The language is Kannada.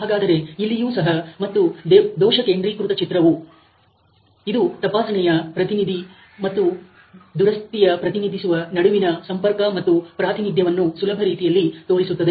ಹಾಗಾದರೆ ಇಲ್ಲಿಯೂ ಸಹ ಮತ್ತು ದೋಷ ಕೇಂದ್ರೀಕೃತ ಚಿತ್ರವು ಇದು ತಪಾಸಣೆಯ ಪ್ರತಿನಿಧಿ ಮತ್ತು ದುರಸ್ತಿಯ ಪ್ರತಿನಿಧಿಯ ನಡುವಿನ ಸಂಪರ್ಕ ಮತ್ತು ಪ್ರಾತಿನಿಧ್ಯವನ್ನು ಸುಲಭ ರೀತಿಯಲ್ಲಿ ತೋರಿಸುತ್ತದೆ